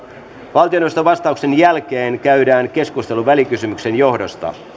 valtioneuvoston vastauksen jälkeen käydään keskustelu välikysymyksen johdosta